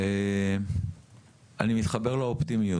שאני מתחבר לאופטימיות,